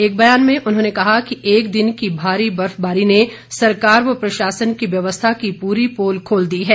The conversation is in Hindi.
एक बयान में उन्होंने कहा कि एक दिन की भारी बर्फबारी ने सरकार व प्रशासन की व्यवस्था की पूरी पोल खोल दी है